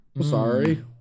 Sorry